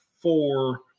four